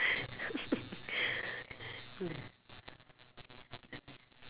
mm